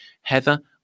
Heather